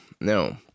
no